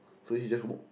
so he just walk